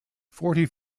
forty